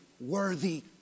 worthy